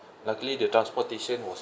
luckily the transportation was